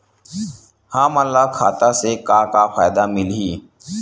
हमन ला खाता से का का फ़ायदा मिलही?